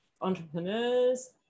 entrepreneurs